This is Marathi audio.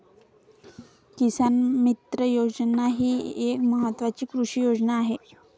किसान मित्र योजना ही एक महत्वाची कृषी योजना आहे